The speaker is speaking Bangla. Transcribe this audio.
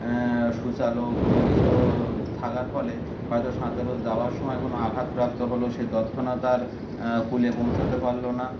সুচালো কোনো কিছু থাকার ফলে হয়তো সাঁতারু যাওয়ার সময় কোনো আঘাতপ্রাপ্ত হলো সে তৎক্ষণাত তার কুলে পৌঁছাতে পারলো না